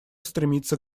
стремиться